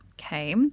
Okay